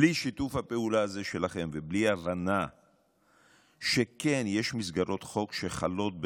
בלי שיתוף הפעולה הזה שלכם ובלי הבנה שיש מסגרות חוק שחלות,